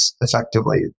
effectively